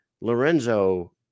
Lorenzo